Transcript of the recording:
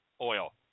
oil